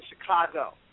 Chicago